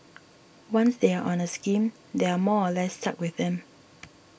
once they are on a scheme they are more or less stuck with them